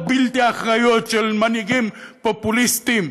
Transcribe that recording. בלתי אחראיות של מנהיגים פופוליסטים,